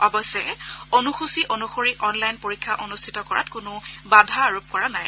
অৱশ্যে অনুসূচী অনুসৰি অনলাইন পৰীক্ষা অনুষ্ঠিত কৰাৰ কোনো বাধা আৰোপ কৰা নাই